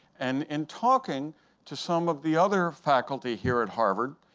and in talking to some of the other faculty here at harvard,